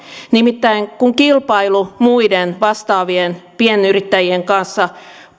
nimittäin kun kilpailu muiden vastaavien pienyrittäjien kanssa